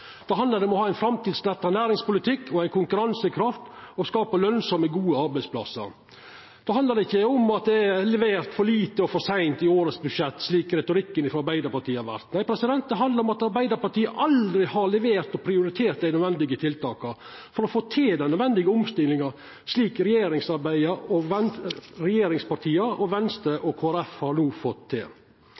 Då handlar det om å ha ein framtidsretta næringspolitikk og ei konkurranskekraft og skapa lønsame og gode arbeidsplassar. Då handlar det ikkje om at det er levert «for lite, for sent» i årets budsjett, slik retorikken frå Arbeidarpartiet har vore. Nei, det handlar om at Arbeidarpartiet aldri har levert og prioritert dei nødvendige tiltaka for å få til den nødvendige omstillinga, slik regjeringspartia og Venstre og Kristelig Folkeparti no har fått til.